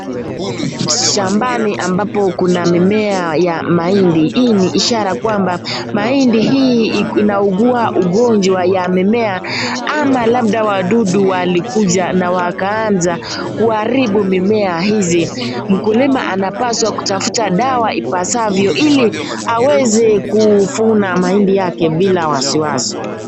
Shambani ambapo kuna mimea ya mahindi hii ni ishara kwamba mahindi hii inaugua ugonjwa wa mimea ama labda wadudu walikuja na wakaanza kuharibu mimea hizi. Mkulima anapaswa kutafuta dawa ipasavyo ili aweze kuvuna mahindi yake bila wasiwasi.